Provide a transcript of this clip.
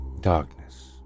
darkness